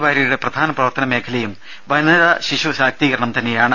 വാര്യരുടെ പ്രധാന പ്രവർത്തന ്മേഖലയും വനിതാ ശിശു ശാക്തീകരണം തന്നെയാണ്